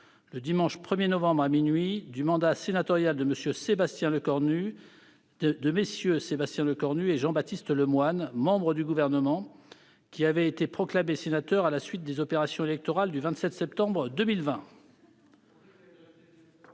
le dimanche 1novembre, à minuit, du mandat sénatorial de MM. Sébastien Lecornu et Jean-Baptiste Lemoyne, membres du Gouvernement, qui avaient été proclamés sénateurs à la suite des opérations électorales du 27 septembre 2020.